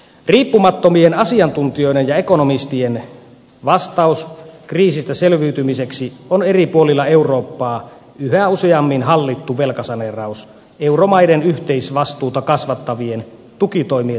riippumattomien asiantuntijoiden ja ekonomistien vastaus kriisistä selviytymiseksi on eri puolilla eurooppaa yhä useammin hallittu velkasaneeraus euromaiden yhteisvastuuta kasvattavien tukitoimien sijasta